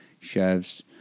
Chefs